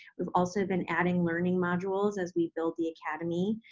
we've also been adding learning modules as we build the academy.